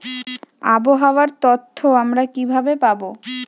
আবহাওয়ার তথ্য আমরা কিভাবে পাব?